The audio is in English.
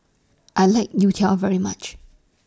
I like Youtiao very much